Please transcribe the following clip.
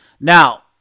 Now